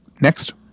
Next